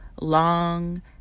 long